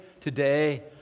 today